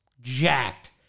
Jacked